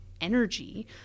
energy